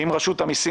ואם רשות המיסים,